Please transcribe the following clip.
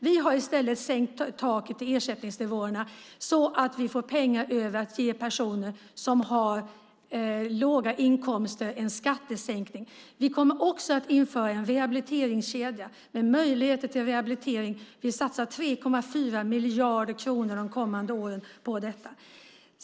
Vi har i stället sänkt taket för ersättningsnivåerna så att vi får pengar över för att ge personer som har låga inkomster en skattesänkning. Vi kommer också att införa en rehabiliteringskedja med möjligheter till rehabilitering. Vi satsar 3,4 miljarder kronor de kommande åren på detta.